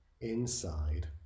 inside